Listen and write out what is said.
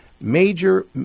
major